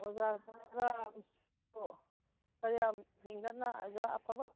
ꯑꯣꯖꯥꯗꯨꯒ ꯈꯔ ꯌꯥꯝ ꯍꯦꯟꯒꯠꯅ ꯑꯣꯖꯥ ꯑꯐꯕ